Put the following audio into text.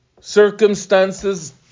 circumstances